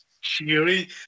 cheery